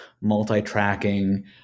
multi-tracking